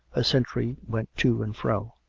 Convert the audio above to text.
a sentry went to and fro.